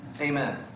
Amen